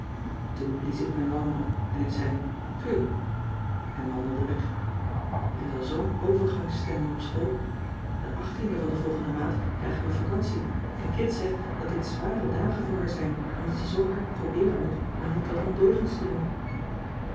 toen blies ik mijn wangen op en ik zei puu en wandelde weg er is al zoo'n overgangstemming op school den achttienden van de volgende maand krijgen we vacantie en kit zegt dat dit zware dagen voor haar zijn omdat ze zoo hard probeeren moet om niet wat ondeugends te doen